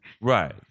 Right